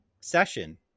Session